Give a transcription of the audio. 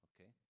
Okay